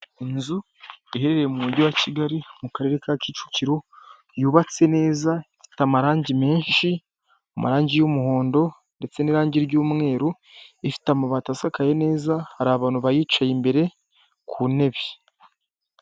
Inzu iherereye mu mujyi wa Kigali mu karere ka Kicukiro yubatse neza ifite amarangi menshi, amarangi y'umuhondo ndetse n'irangi ry'umweru, ifite amabati asakaye neza hari abantu bayicaye imbere ku ntebe.